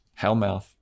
Hellmouth